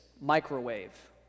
microwave